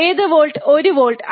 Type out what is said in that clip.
ഏത് volt 1 volt